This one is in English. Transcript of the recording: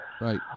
Right